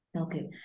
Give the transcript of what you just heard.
Okay